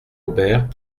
aubert